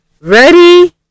Ready